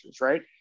Right